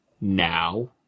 now